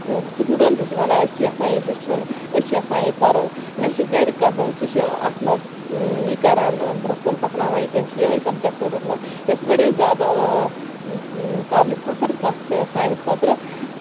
student چھِ وَنان أسۍ چھِ یَژھان یہِ ہیٚچھُن أسۍ چھِ یَژھان یہِ پَرُن مےٚ چھِ گرِ کَزٕن سُہ چھُ اَتھ منٛز یہِ کران برونہہ کُن پَکناوان یہِ تٔمۍ چھُ یِہوے سَبجٮ۪کٹ روٚٹمُت یۄس واریاہ زیادٕ قابلہِ فَخر کَتھ چھِ سانہِ خطرٕ تِکیازِ